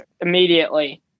immediately